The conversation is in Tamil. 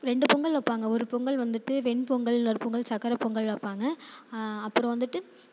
ரெண்டு பொங்கல் வைப்பாங்க ஒரு பொங்கல் வந்துட்டு வெண் பொங்கல் இன்னொரு பொங்கல் சர்க்கரப் பொங்கல் வைப்பாங்க அப்புறம் வந்துட்டு